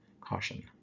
caution